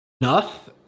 enough